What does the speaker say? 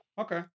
Okay